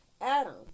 Adam